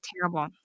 Terrible